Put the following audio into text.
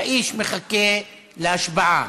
האיש מחכה להשבעה.